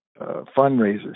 fundraisers